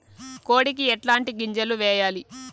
కోడికి ఎట్లాంటి గింజలు వేయాలి?